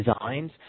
designs